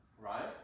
right